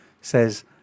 says